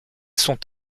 sont